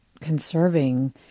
conserving